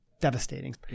devastating